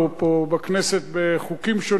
הוא פה בכנסת בחוקים שונים,